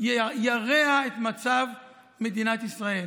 ירע את מצב מדינת ישראל,